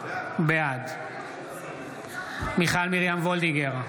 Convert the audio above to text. בעד מיכל מרים וולדיגר,